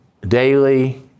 daily